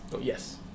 Yes